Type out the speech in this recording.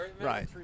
Right